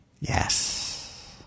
yes